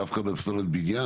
דווקא בפסולת בניין,